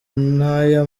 n’aya